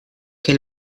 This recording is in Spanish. que